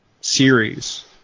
series